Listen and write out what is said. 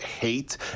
hate